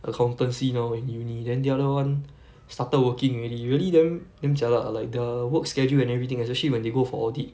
accountancy now in uni then the other one started working already really damn damn jialat ah like the work schedule and everything especially when they go for audit